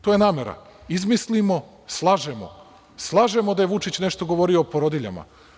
To je namera – izmislimo, slažemo, slažemo da je Vučić nešto govorio o porodiljama.